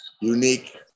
unique